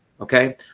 okay